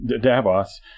Davos